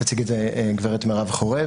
תציג את זה גב' מרב חורב,